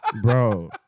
bro